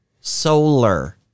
solar